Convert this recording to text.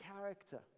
character